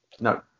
no